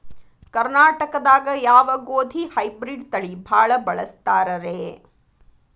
ಕರ್ನಾಟಕದಾಗ ಯಾವ ಗೋಧಿ ಹೈಬ್ರಿಡ್ ತಳಿ ಭಾಳ ಬಳಸ್ತಾರ ರೇ?